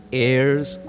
heirs